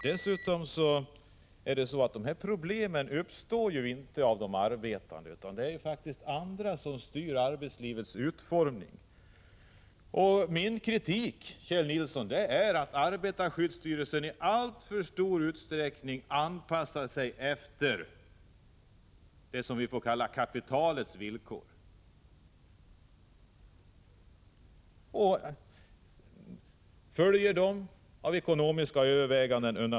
Dessutom skapas problemen inte av de arbetande, utan det är andra som styr arbetslivets utformning. Min kritik gäller, Kjell Nilsson, att arbetarskyddsstyrelsen i alltför stor utsträckning anpassar sig efter kapitalets villkor och undan för undan styrs av ekonomiska överväganden.